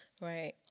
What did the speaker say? right